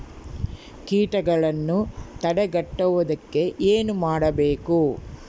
ಕೇಟಗಳನ್ನು ತಡೆಗಟ್ಟುವುದಕ್ಕೆ ಏನು ಮಾಡಬೇಕು?